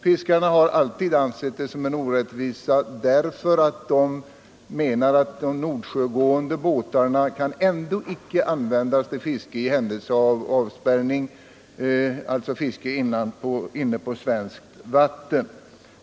Fiskarna har alltid ansett det som en orättvisa därför att de menar att de Nordsjögående båtarna ändå icke kan användas till fiske på svenskt vatten i händelse av avspärrning.